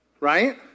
right